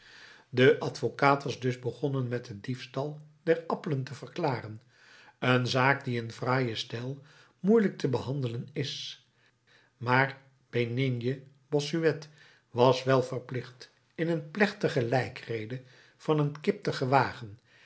de advocaat was dus begonnen met den diefstal der appelen te verklaren een zaak die in fraaien stijl moeielijk te behandelen is maar benigne bossuet was wel verplicht in een plechtige lijkrede van een kip te gewagen